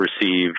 receive